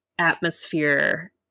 atmosphere